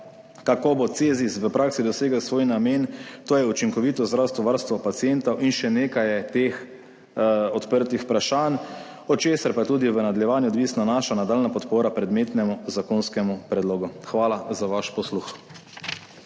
kako bo CEZIS v praksi dosegel svoj namen, to je učinkovito zdravstveno varstvo pacientov in še nekaj je teh odprtih vprašanj, od česar pa je tudi v nadaljevanju odvisna naša nadaljnja podpora predmetnemu zakonskemu predlogu. Hvala za vaš posluh.